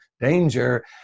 danger